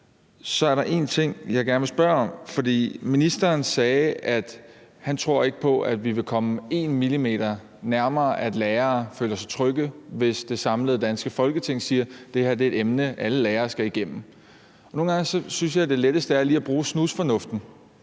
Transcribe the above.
er der en ting, jeg gerne vil spørge om. Ministeren sagde, at han ikke tror på, at vi kommer en millimeter nærmere, at lærere føler sig trygge, hvis det samlede danske Folketing siger, at det her er et emne, alle lærere skal igennem. Nogle gange synes jeg, det letteste er lige at bruge snusfornuften